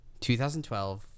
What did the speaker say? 2012